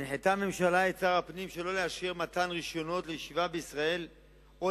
הממשלה הנחתה את שר הפנים שלא לאשר מתן רשיונות לישיבה בישראל או